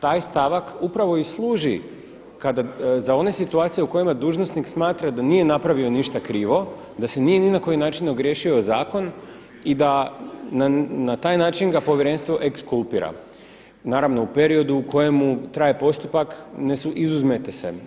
Taj stavak upravo i služi za one situacije u kojima dužnosnik smatra da nije napravio ništa krivo, da se nije ni na koji način ogriješio o zakon i da na taj način ga povjerenstvo ekskulpira, naravno u periodu u kojemu traje postupak ne izuzmete se.